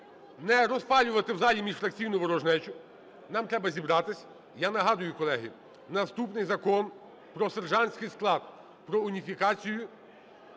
не розпалювати в залі міжфракційну ворожнечу, нам треба зібратися. Я нагадую, колеги, наступний Закон про сержантський склад, про уніфікацію